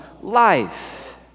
life